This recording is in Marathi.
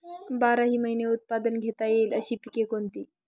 बाराही महिने उत्पादन घेता येईल अशी पिके कोणती?